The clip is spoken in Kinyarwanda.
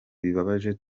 bitabaje